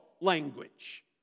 language